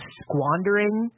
squandering